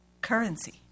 currency